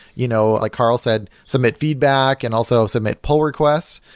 you know like carl said, submit feedback and also submit poll requests,